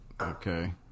Okay